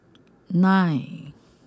nine